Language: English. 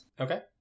Okay